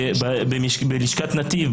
אם זה לשכת נתיב,